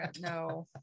no